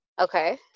okay